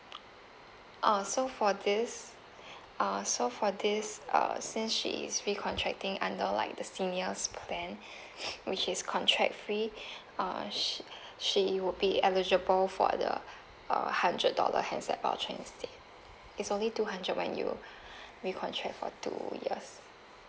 uh so for this uh so for this err since she is recontracting under like the senior's plan which is contract free uh sh~ she would be eligible for the err hundred dollar handset voucher instead it's only two hundred when you recontract for two years